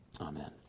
Amen